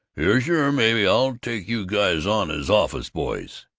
yuh, sure maybe i'll take you guys on as office boys!